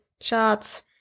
shots